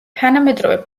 თანამედროვე